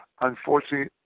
unfortunately